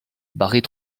barrée